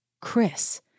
Chris